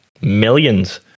millions